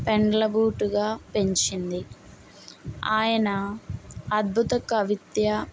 పెండ్లగూటుగా పెంచింది ఆయన అద్భుత కవిత్య